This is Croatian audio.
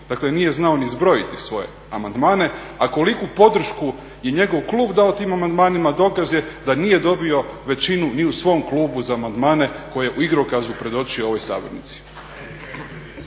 Dakle, nije znao ni zbrojiti svoje amandmane. A koliku podršku je njegov klub dao tim amandmanima dokaz je da nije dobio većinu ni u svom klubu za amandmane koje je u igrokazu predočio u ovoj Sabornici.